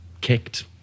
kicked